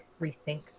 rethink